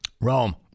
Rome